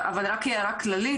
רק הערה כללית,